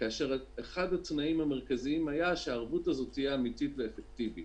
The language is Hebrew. כאשר אחד התנאים המרכזיים היה שהערבות הזאת תהיה אמיתית ואפקטיבית,